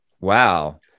Wow